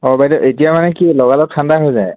অঁ বাইদেউ এতিয়া মানে কি লগালগ ঠাণ্ডা হৈ যায়